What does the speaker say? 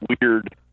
weird